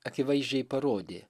akivaizdžiai parodė